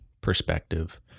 perspective